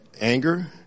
anger